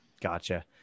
Gotcha